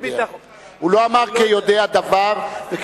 אני אגיד לך למה לא,